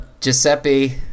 Giuseppe